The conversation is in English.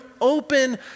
open